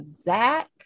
Zach